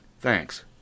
Thanks